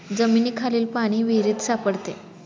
जमिनीखालील पाणी विहिरीत सापडते